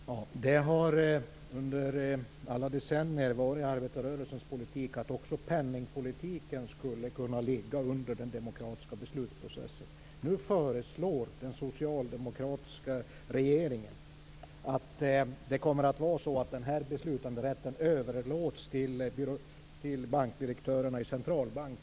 Herr talman! Det har under alla decennier varit arbetarrörelsens politik att också penningpolitiken skulle kunna ligga under den demokratiska beslutsprocessen. Nu föreslår den socialdemokratiska regeringen att den beslutanderätten överlåts till bankdirektörerna i centralbanken.